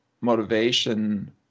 motivation